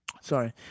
sorry